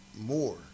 more